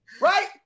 right